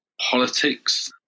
politics